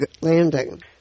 landing